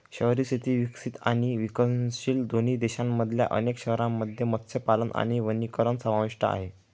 शहरी शेती विकसित आणि विकसनशील दोन्ही देशांमधल्या अनेक शहरांमध्ये मत्स्यपालन आणि वनीकरण समाविष्ट आहे